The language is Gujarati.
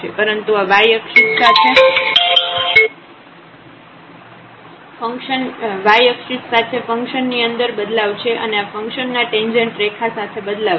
પરંતુ આ yઅક્ષિસ સાથે ફંકશન ની અંદર બદલાવ છે અને આ ફંકશન ના ટેંજેન્ટ રેખા સાથે બદલાવ છે